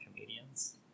comedians